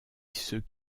ceux